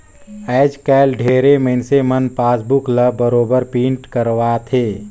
आयज कायल ढेरे मइनसे मन पासबुक ल बरोबर पिंट करवाथे